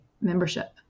membership